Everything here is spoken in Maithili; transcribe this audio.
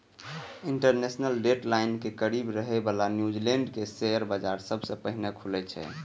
इंटरनेशनल डेट लाइन के करीब रहै बला न्यूजीलैंड के शेयर बाजार सबसं पहिने खुलै छै